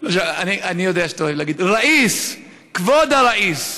אני יודע שאתה אוהב: ראיס, כבוד הראיס,